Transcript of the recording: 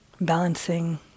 balancing